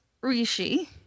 Rishi